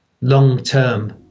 long-term